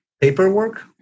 paperwork